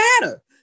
matter